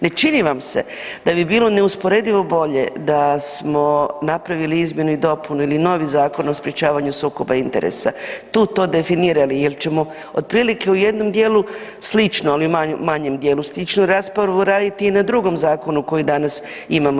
Ni čini vam se da bi bilo neusporedivo bolje da smo napravili izmjenu i dopunu ili novi Zakon o sprečavanju sukoba interesa tu to definirali jer ćemo otprilike u jednom dijelu slično, ali u manjem dijelu slično raspravu raditi i na drugom zakonu koji danas imamo.